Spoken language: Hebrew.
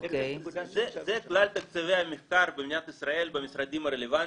זה כלל תקציבי המחקר במדינת ישראל במשרדים הרלוונטיים,